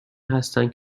هستند